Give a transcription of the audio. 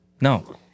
No